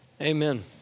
Amen